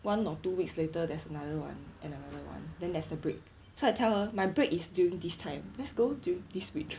one or two weeks later there's another one and another one then there's a break so I tell her my break is during this time let's go during this week